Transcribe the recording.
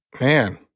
Man